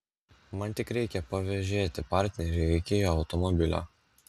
man tik reikia pavėžėti partnerį iki jo automobilio